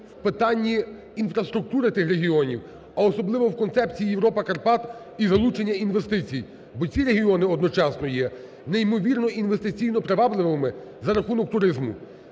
в питанні інфраструктури тих регіонів, а особливо в концепції "Європа Карпат", і залучення інвестицій. Бо ці регіони одночасно є неймовірно інвестиційно привабливими за рахунок туризму.